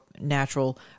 natural